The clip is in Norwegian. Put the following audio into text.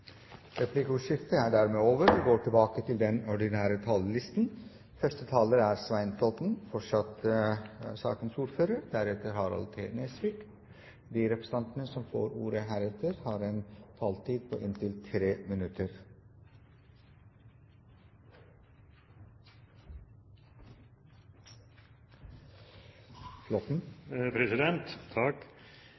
Replikkordskiftet er dermed over. De representantene som heretter får ordet, har en taletid på inntil 3 minutter.